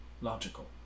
Logical